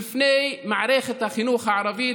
בפני מערכת החינוך הערבית,